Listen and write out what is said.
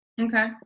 Okay